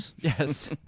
Yes